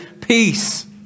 peace